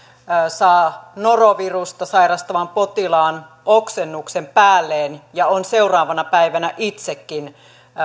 saa noro virusta sairastavan potilaan oksennuksen päälleen ja on seuraavana päivänä itsekin